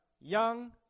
young